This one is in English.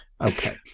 okay